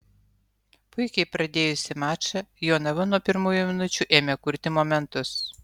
puikiai pradėjusi mačą jonava nuo pirmųjų minučių ėmė kurti momentus